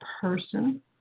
person